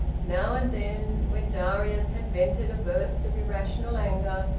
now and then, when darius had vented a burst of irrational anger,